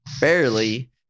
Barely